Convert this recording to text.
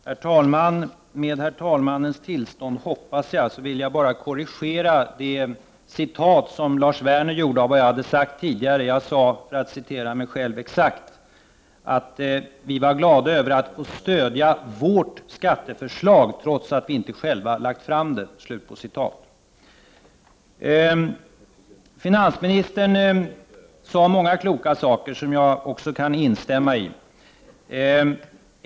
Herr talman! Med herr talmannens tillstånd — hoppas jag — vill jag bara korrigera det citat som Lars Werner gjorde av det som jag hade sagt tidigare. Jag sade, för att citera mig själv: ”Vi var glada över att få stödja vårt skatteförslag trots att vi inte själva lagt fram det.” Finansministern sade många kloka saker, som jag kan instämma i.